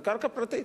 זו קרקע פרטית.